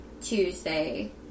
Tuesday